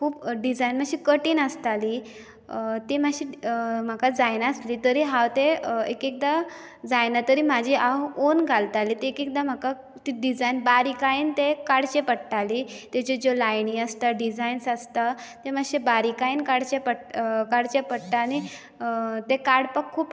खूब डिझायन मातशे कठीण आसताली ती मातशे म्हाका जायनासली तरी हांव तें एक एकदा जायना तरी म्हाजी हांव औन घालतालें ती एक एकदा म्हाका ती बारीकायेन तें काडचें पडटाली तेज्यो ज्यो लायनी आसता डिझायन्स आसता ते मातशे बारीकायेन काडचे पडटा आनी ते काडपाक खूब